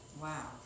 Wow